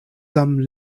some